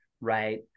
right